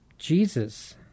Jesus